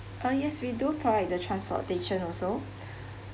uh yes we do provide the transportation also